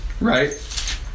right